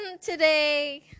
today